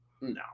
No